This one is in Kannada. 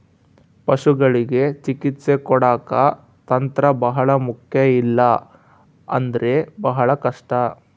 ಪಶುಗಳಿಗೆ ಚಿಕಿತ್ಸೆ ಕೊಡಾಕ ತಂತ್ರ ಬಹಳ ಮುಖ್ಯ ಇಲ್ಲ ಅಂದ್ರೆ ಬಹಳ ಕಷ್ಟ